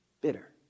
bitter